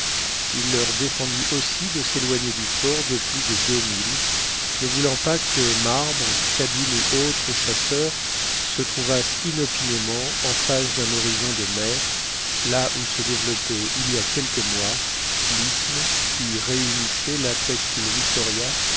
il leur défendit aussi de s'éloigner du fort de plus de deux milles ne voulant pas que marbre sabine ou autres chasseurs se trouvassent inopinément en face d'un horizon de mer là où se développait il y a quelques mois l'isthme qui réunissait la presqu'île victoria